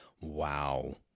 Wow